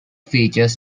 features